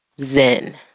zen